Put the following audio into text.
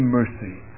mercy